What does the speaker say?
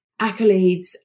accolades